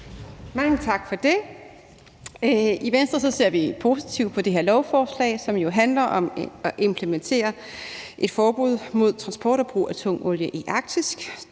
Mange tak for det. I Venstre ser vi positivt på det her lovforslag, som jo handler om at implementere et forbud mod transport og brug af tung olie i Arktis.